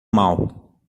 mal